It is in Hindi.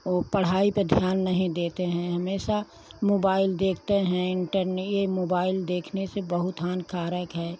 और पढ़ाई पे ध्यान नहीं देते हैं हमेशा मोबाइल देखते हैं इंटरनेट ये मोबाइल देखने से बहुत हानिकारक है